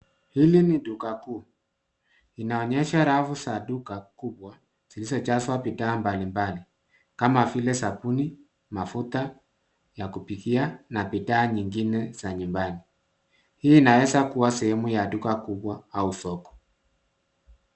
Hili ni duka kuu linainyesha rafu za duka kubwa zilizojazwa bidhaa mbalimbali kama vile sabuni, mafuta ya kupikia na bidhaa nyingine za nyumbani. Hii inaweza kuwa sehemu ya duka kubwa au soko.